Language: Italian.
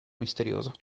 misterioso